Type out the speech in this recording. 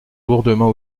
lourdement